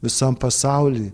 visam pasauly